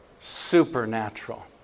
supernatural